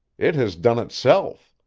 it has done itself.